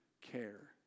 care